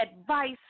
advice